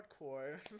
hardcore